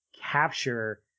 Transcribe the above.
capture